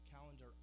calendar